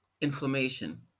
inflammation